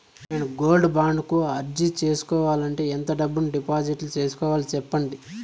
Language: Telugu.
నేను గోల్డ్ బాండు కు అర్జీ సేసుకోవాలంటే ఎంత డబ్బును డిపాజిట్లు సేసుకోవాలి సెప్పండి